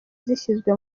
zashyizwe